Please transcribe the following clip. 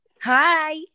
Hi